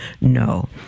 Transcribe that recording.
No